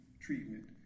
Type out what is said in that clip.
treatment